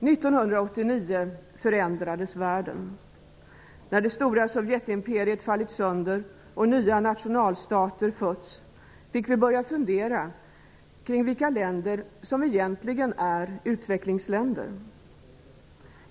1989 förändrades världen. När det stora Sovjetimperiet fallit sönder och nya nationalstater fötts fick vi börja fundera kring vilka länder som egentligen är utvecklingsländer.